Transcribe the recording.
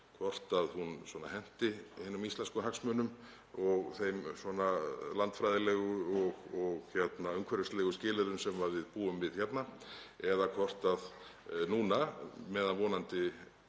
hvort hún henti hinum íslensku hagsmunum og þeim landfræðilegu og umhverfislegu skilyrðum sem við búum við eða hvort núna, meðan vonandi